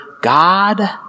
God